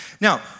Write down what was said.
Now